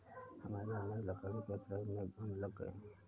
हमारे घर में लकड़ी के फ्रेम में घुन लग गए हैं